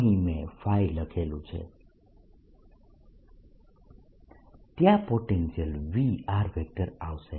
અહીં મેં લખેલું છે ત્યાં પોટેન્શિયલ V આવશે